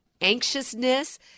anxiousness